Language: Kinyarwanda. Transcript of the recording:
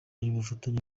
y’ubufatanye